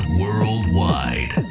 worldwide